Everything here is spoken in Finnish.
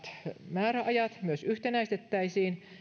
määräajat myös yhtenäistettäisiin